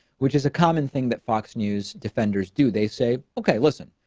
which is a common thing that fox news defenders do. they say, okay, listen,